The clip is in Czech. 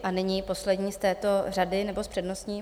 A nyní poslední z této řady, nebo s přednostním?